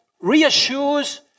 reassures